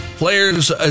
Players